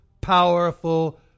powerful